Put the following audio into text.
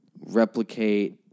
replicate